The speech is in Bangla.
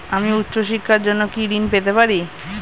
আমি উচ্চশিক্ষার জন্য কি ঋণ পেতে পারি?